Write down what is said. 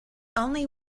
only